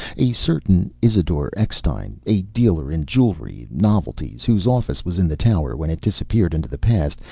a certain isidore eckstein, a dealer in jewelry novelties, whose office was in the tower when it disappeared into the past,